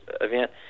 event